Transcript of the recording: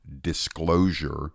disclosure